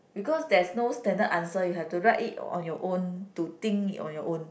because there's no standard answer you have to write it on your own to think on your own